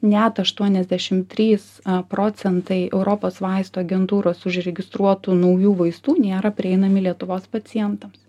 net aštuoniasdešim trys procentai europos vaistų agentūros užregistruotų naujų vaistų nėra prieinami lietuvos pacientams